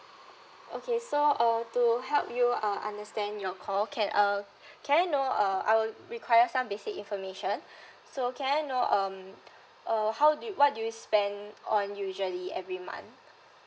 okay so uh to help you uh understand your call can uh can I know uh I will require some basic information so can I know um uh how do you what do you spend on usually every month